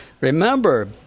remember